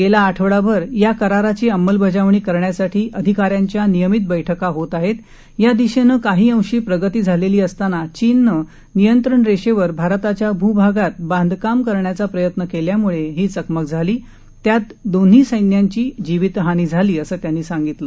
गेला आठवडाभर या कराराची अंमलबजाणी करण्यासाठी अधिकाऱ्यांच्या नियमित बैठका होत आहेत या दिशेनं काही अंशी प्रगती झालेली असताना चीननं नियंत्रण रेषेवर भारताच्या भभागात बांधकाम करण्याचा प्रयत्न केल्यामुळे ही चकमक झाली त्यात दोन्ही सैन्यांची जीवितहानी झाली असं त्यांनी सांगितलं